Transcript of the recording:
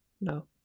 no